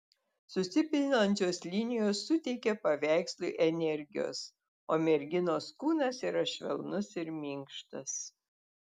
susipinančios linijos suteikia paveikslui energijos o merginos kūnas yra švelnus ir minkštas